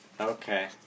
Okay